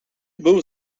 był